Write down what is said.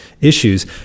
issues